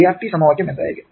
IR t സമവാക്യം എന്തായിരിക്കും